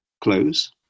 close